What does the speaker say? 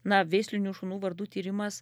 na veislinių šunų vardų tyrimas